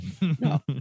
no